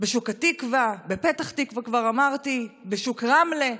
בשוק התקווה, בפתח תקווה, כבר אמרתי, בשוק רמלה.